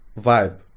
vibe